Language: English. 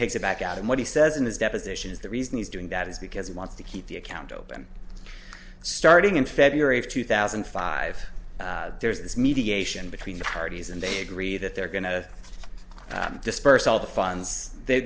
takes it back out and what he says in his deposition is the reason he's doing that is because he wants to keep the account open starting in february of two thousand and five there's this mediation between the parties and they agree that they're going to disperse all the funds they